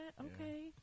Okay